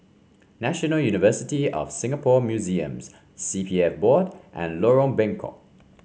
National University of Singapore Museums C P F Board and Lorong Bengkok